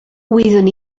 wyddwn